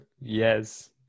Yes